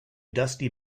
dusty